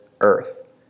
earth